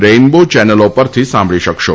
rainbow ચેનલો પરથી સાંભળી શકશો